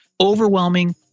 overwhelming